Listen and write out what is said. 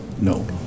No